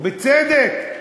ובצדק.